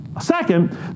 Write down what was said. Second